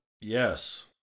Yes